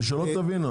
ושלא תבינו,